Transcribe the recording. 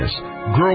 Grow